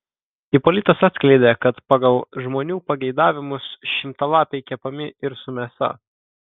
ipolitas atskleidė kad pagal žmonių pageidavimus šimtalapiai kepami ir su mėsa